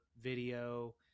video